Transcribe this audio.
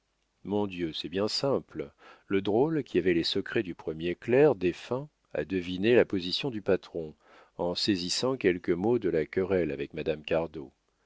mon dieu c'est bien simple le drôle qui avait les secrets du premier clerc défunt a deviné la position du patron en saisissant quelques mots de la querelle avec madame